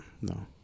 no